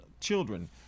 children